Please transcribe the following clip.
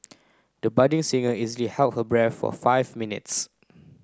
the budding singer easily held her breath for five minutes